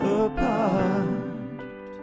apart